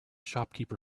shopkeeper